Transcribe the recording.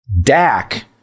Dak